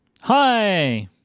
Hi